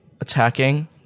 attacking